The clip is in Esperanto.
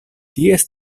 ties